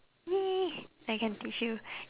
!yay! I can teach you